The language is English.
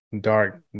dark